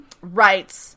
Right